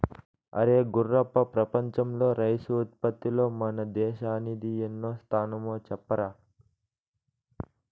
అరే గుర్రప్ప ప్రపంచంలో రైసు ఉత్పత్తిలో మన దేశానిది ఎన్నో స్థానమో చెప్పరా